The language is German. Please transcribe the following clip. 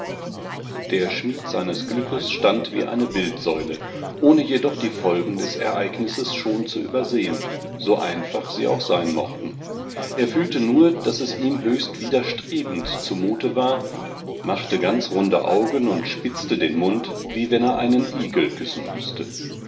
der schmied seines glückes stand wie eine bildsäule ohne jedoch die folgen des ereignisses schon zu übersehen so einfach sie auch sein mochten er fühlte nur daß es ihm höchst widerstrebend zu mute war machte ganz runde augen und spitzte den mund wie wenn er einen igel küssen müßte